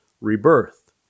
rebirth